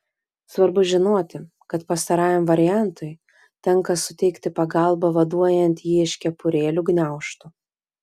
svarbu žinoti kad pastarajam variantui tenka suteikti pagalbą vaduojant jį iš kepurėlių gniaužtų